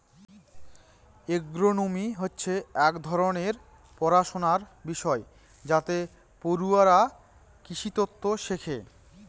agronomy হচ্ছে এক ধরনের পড়াশনার বিষয় যাতে পড়ুয়ারা কৃষিতত্ত্ব শেখে